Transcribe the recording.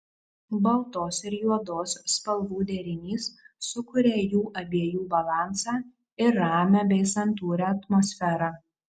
baltos ir juodos spalvų derinys sukuria jų abiejų balansą ir ramią bei santūrią atmosferą